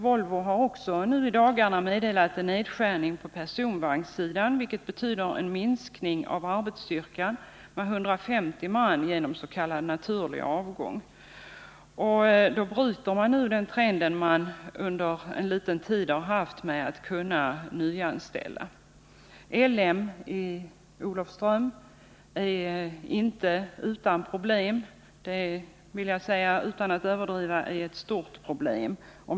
Volvo har i dagarna varslat om nedskärningar på personvagnssidan, vilket betyder en minskning av arbetsstyrkan med 150 man genom s.k. naturlig avgång. I så fall skulle man bryta den trend som under en kort tid inneburit att man kunnat nyanställa folk. L M Ericsson i Olofström har också problem. Utan att överdriva kan man här tala om stora problem.